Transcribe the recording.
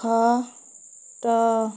ଖଟ